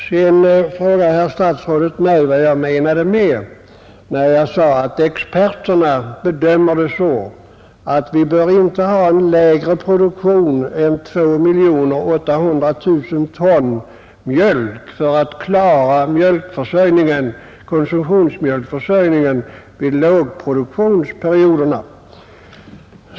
Sedan frågade statsrådet mig vad jag menade med att säga att experterna bedömer det så att vi inte bör ha en lägre produktion än 2 800 000 ton mjölk för att klara mjölkkonsumtionsförsörjningen vid lågproduktionsperioderna.